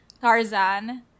Tarzan